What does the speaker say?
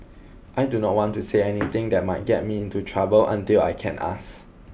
I do not want to say anything that might get me into trouble until I can ask